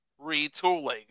retooling